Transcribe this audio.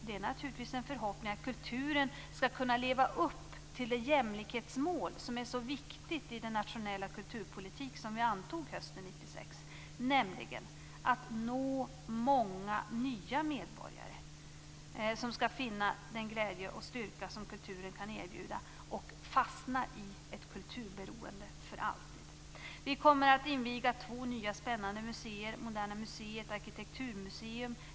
Det är naturligtvis en förhoppning att kulturen skall kunna leva upp till det jämlikhetsmål som är så viktigt i den nationella kulturpolitik som vi antog hösten 1996. Det handlar om att nå många nya medborgare som skall finna den glädje och styrka som kulturen kan erbjuda och fastna i ett kulturberoende för alltid. Vi kommer att inviga två nya spännande museer: Moderna Museet och Arkitekturmuseum.